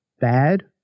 bad